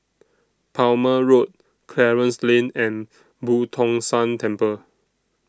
Palmer Road Clarence Lane and Boo Tong San Temple